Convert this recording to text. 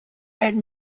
had